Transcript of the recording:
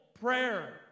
prayer